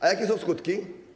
A jakie są skutki?